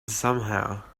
somehow